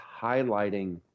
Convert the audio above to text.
highlighting